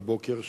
בבוקר,